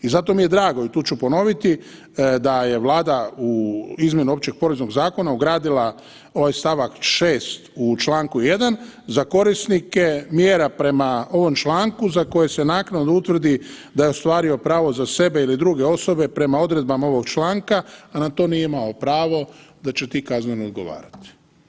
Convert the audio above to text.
I zato mi je drago i tu ću ponoviti da je Vlada u izmjene Opće poreznog zakona ugradila ovaj st. 6. u čl. 1. za korisnike mjera prema ovom članku za koje se naknadno utvrdi da je ostvario pravo za sebe ili druge osobe prema odredbama ovog članka, a na to nije imao pravo da će ti kazneno odgovarati.